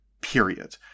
period